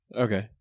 Okay